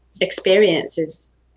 experiences